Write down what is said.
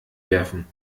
werfen